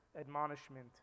admonishment